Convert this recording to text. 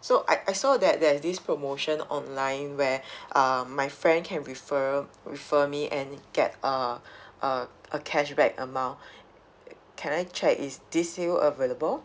so I I saw that there's this promotion online where um my friend can refer refer me and get uh uh a cashback amount can I check is this still available